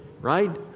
right